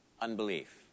Unbelief